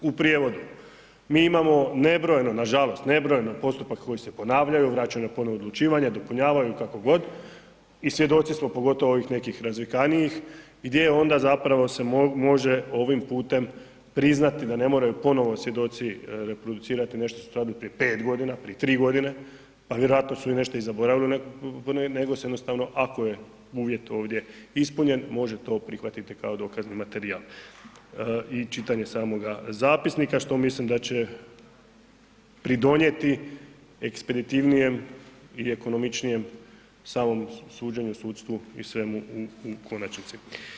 U prijevodu, mi imamo nebrojeno nažalost, nebrojeno postupaka koji se ponavljaju, vraćaju na ponovno odlučivanje, dopunjavaju ili kako god i svjedoci smo pogotovo ovih nekih razvikanijih i gdje onda zapravo se može ovim putem priznati da ne moraju ponovno svjedoci reproducirati nešto što su radili prije 5 godina, prije 3 godine a vjerojatno su i nešto zaboravili nego se jednostavno ako je uvjet ovdje ispunjen može to prihvatiti kao dokazni materijal i čitanje samoga zapisnika što mislim da će pridonijeti ekspeditivnijem i ekonomičnijem samom suđenju sudstvu i svemu u konačnici.